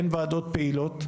אין ועדות פעילות,